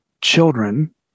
children